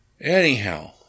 Anyhow